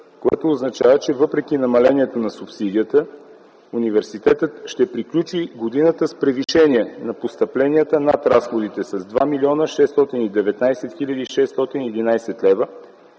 което означава, че въпреки намалението на субсидията университетът ще приключи годината с превишение на постъпленията над разходите с 2 млн. 619 хил. 611 лв.